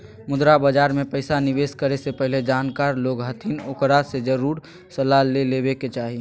मुद्रा बाजार मे पैसा निवेश करे से पहले जानकार लोग हथिन ओकरा से जरुर सलाह ले लेवे के चाही